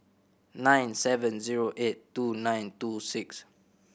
nine seven zero eight two nine two six